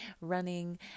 running